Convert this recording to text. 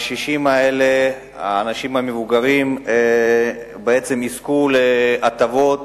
הקשישים האלה, האנשים המבוגרים, בעצם יזכו להטבות